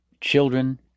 children